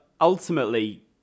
ultimately